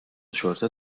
xorta